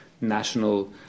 national